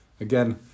Again